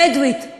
בדואית,